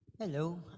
Hello